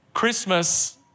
Christmas